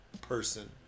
person